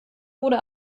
wurde